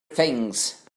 things